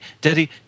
daddy